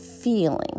feeling